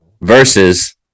versus